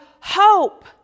hope